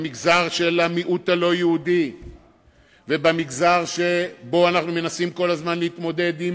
במגזר של המיעוט הלא-יהודי ובמגזר שבו אנחנו מנסים כל הזמן להתמודד עם